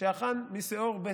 שהוכן משאור ב'.